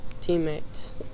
teammates